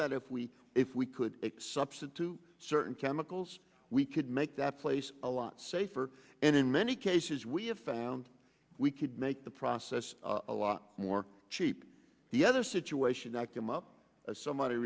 that if we if we could it substitute certain chemicals we could make that place a lot safer and in many cases we have found we could make the process a lot more cheap the other situation that came up as somebody